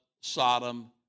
Sodom